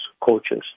coaches